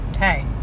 Hey